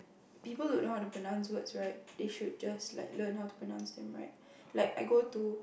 people don't know how to pronounce words right they should just like learn how to pronounce them right like I go to